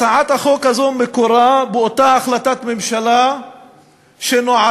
הצעת החוק הזאת מקורה באותה החלטת ממשלה שנועדה,